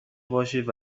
باشید